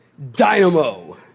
dynamo